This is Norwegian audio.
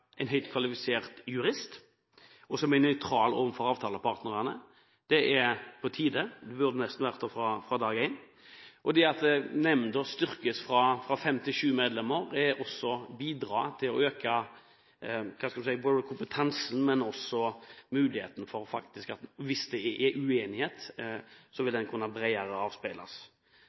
en høyt kvalifisert jurist som er nøytral overfor avtalepartene. Det er på tide – de burde nesten vært det fra dag én. Det at nemndene utvides fra fem til sju medlemmer vil også bidra til å øke kompetansen, og hvis det er uenighet, vil det kunne bredere avspeiles. At Finansklagenemndas sekretariat skal drive veiledning når det gjelder klager, er